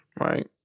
right